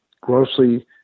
grossly